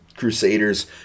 crusaders